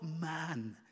man